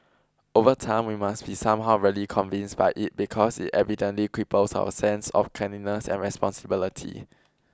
over time we must be somehow really convinced by it because it evidently cripples our sense of cleanliness and responsibility